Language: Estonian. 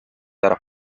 ära